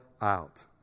out